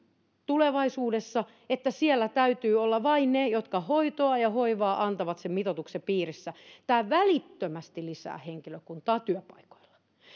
tulevaisuudessa niin että siellä täytyy olla vain ne jotka hoitoa ja hoivaa antavat sen mitoituksen piirissä tämä välittömästi lisää henkilökuntaa työpaikoilla